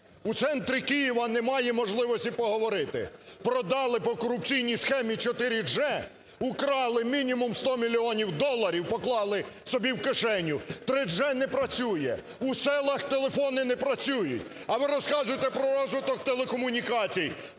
У центрі Києва не має можливості поговорити. Продали по корупційній схемі 4G, украли мінімум сто мільйонів доларів, поклали собі в кишеню, 3G не працює, у селах телефони не працюють. А ви розказуєте про розвиток телекомунікацій.